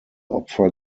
opfer